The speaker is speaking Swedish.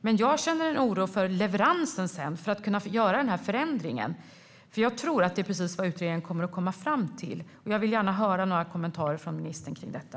Men jag känner en oro för leveransen, alltså när man ska göra förändringen. Jag tror att detta är precis vad utredningen kommer att komma fram till. Jag vill gärna höra några kommentarer från ministern till detta.